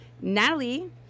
Natalie